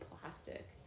plastic